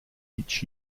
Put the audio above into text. each